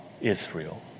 Israel